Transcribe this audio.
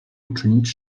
uczynić